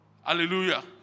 Hallelujah